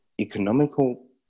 economical